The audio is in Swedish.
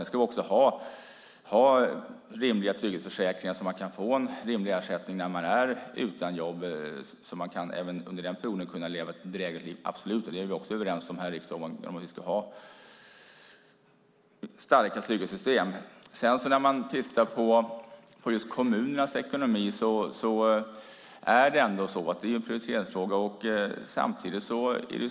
Vi ska också ha rimliga trygghetsförsäkringar så att man kan få en rimlig ersättning när man är utan jobb, så att man även under den perioden kan leva ett drägligt liv. Det är vi också överens om här i riksdagen. Detta med kommunernas ekonomi är en prioriteringsfråga.